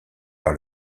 par